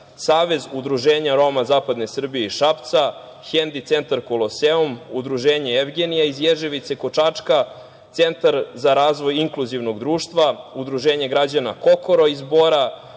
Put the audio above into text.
Savez udruženja Roma zapadne Srbije i Šapca, Hendi-centar „Koloseum“, Udruženje „Evgenija“ iz Ježevice kod Čačka, Centar za razvoj inkluzivnog društva, Udruženje građana „Kokoro“ iz Bora,